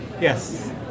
Yes